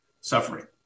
suffering